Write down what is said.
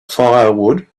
firewood